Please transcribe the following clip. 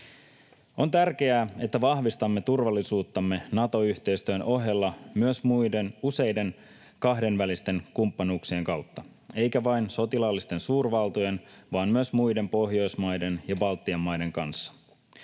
On tärkeää, että vahvistamme turvallisuuttamme Nato-yhteistyön ohella myös useiden kahdenvälisten kumppanuuksien kautta — eikä vain sotilaallisten suurvaltojen vaan myös muiden Pohjoismaiden ja Baltian maiden kanssa.